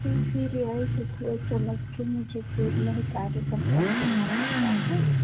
तो फिर ऐसे थोड़ा समझ के मुझे फिर नहीं तो आगे कम्प्लेन करना पड़ता है